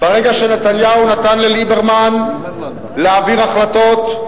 ברגע שנתניהו נתן לליברמן להעביר החלטות,